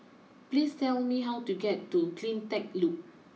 please tell me how to get to Cleantech Loop